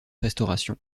restauration